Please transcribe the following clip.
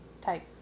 type